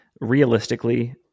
realistically